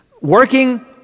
working